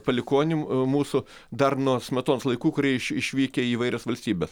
palikuonių mūsų dar nuo smetonos laikų kurie iš išvykę į įvairias valstybes